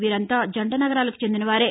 వీరంతా జంట నగరాలకు చెందినవారే